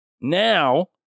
Now